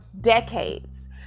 decades